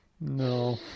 No